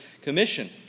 Commission